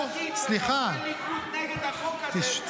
אם הציונות הדתית וחברי ליכוד נגד החוק הזה,